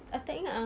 aku tak ingat ah